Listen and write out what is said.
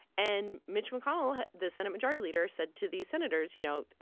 and mitch mcconnell, the senate majority leader, said to these senators, you know,